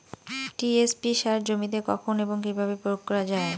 TSP সার জমিতে কখন এবং কিভাবে প্রয়োগ করা য়ায়?